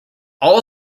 all